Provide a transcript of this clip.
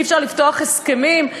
אי-אפשר לפתוח הסכמים,